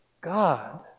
God